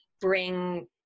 bring